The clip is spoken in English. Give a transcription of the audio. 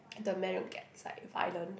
the man will gets like violent